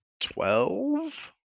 twelve